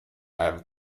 have